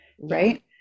Right